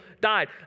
died